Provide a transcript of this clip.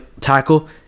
tackle